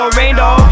rainbow